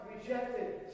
rejected